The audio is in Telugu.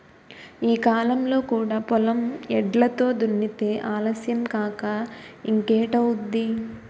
ఈ కాలంలో కూడా పొలం ఎడ్లతో దున్నితే ఆలస్యం కాక ఇంకేటౌద్ది?